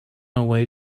away